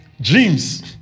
Dreams